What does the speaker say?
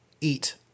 Eat